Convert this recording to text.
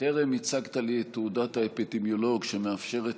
טרם הצגת לי תעודות האפידמיולוג שמאפשרת